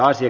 asia